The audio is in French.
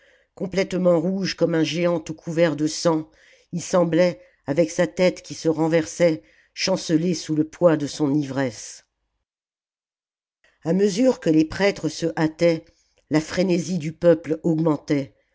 complètement rouge comme un géant tout couvert de sang il semblait avec sa tête qui se renversait chanceler sous le poids de son ivresse a mesure que les prêtres se hâtaient la frénésie du peuple augmentait